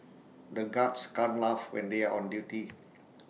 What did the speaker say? the guards can't laugh when they are on duty